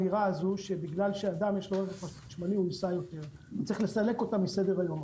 צריך לסלק את האמירה הזו מסדר-היום.